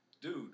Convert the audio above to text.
dude